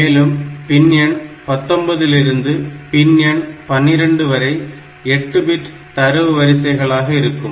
மேலும் பின் எண் 19 லிருந்து பின் எண் 12 வரை 8 பிட் தரவு வரிசைகளாக இருக்கும்